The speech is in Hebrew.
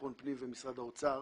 לביטחון פנים, משרד האוצר,